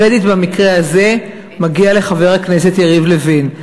הקרדיט במקרה הזה מגיע לחבר הכנסת יריב לוין.